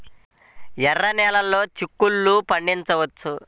ఎర్ర నెలలో చిక్కుల్లో పండించవచ్చా?